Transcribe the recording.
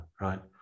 right